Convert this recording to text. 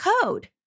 code